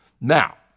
Now